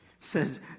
says